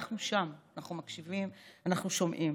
אנחנו שם, אנחנו מקשיבים, אנחנו שומעים.